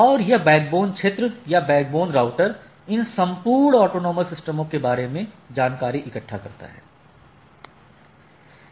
और यह बैकबोन क्षेत्र या बैकबोन राउटर इन संपूर्ण ऑटॉनमस सिस्टमों के बारे में जानकारी इकट्ठा करता है